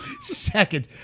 seconds